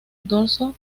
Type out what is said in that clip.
dorso